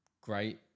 great